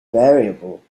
variable